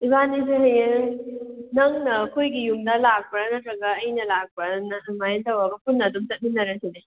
ꯏꯕꯥꯅꯤꯁꯦ ꯍꯌꯦꯡ ꯅꯪꯅ ꯑꯩꯈꯣꯏꯒꯤ ꯌꯨꯝꯗ ꯂꯥꯛꯄ꯭ꯔꯥ ꯅꯠꯇ꯭ꯔꯒ ꯑꯩꯅ ꯂꯥꯛꯄ꯭ꯔꯅ ꯑꯗꯨꯃꯥꯏꯅ ꯇꯧꯔꯒ ꯄꯨꯟꯅ ꯑꯗꯨꯝ ꯆꯠꯃꯤꯟꯅꯔꯁꯤꯅꯦ